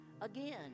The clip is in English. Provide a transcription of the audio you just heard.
again